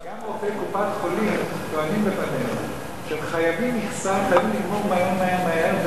גם עובדי קופת-חולים טוענים בפנינו שהם חייבים לגמור מהר-מהר-מהר,